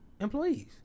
employees